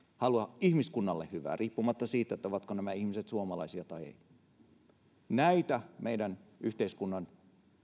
halua ihmiskunnalle hyvää riippumatta siitä ovatko nämä ihmiset suomalaisia vai eivät näitä meidän yhteiskunnan